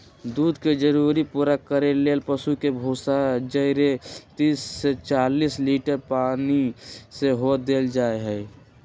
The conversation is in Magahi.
दूध के जरूरी पूरा करे लेल पशु के भूसा जौरे तीस से चालीस लीटर पानी सेहो देल जाय